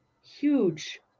Huge